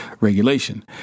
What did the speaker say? regulation